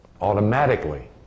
automatically